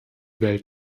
welt